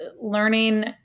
learning